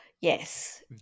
Yes